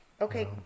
Okay